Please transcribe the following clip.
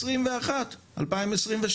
ב-2021-2022.